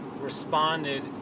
responded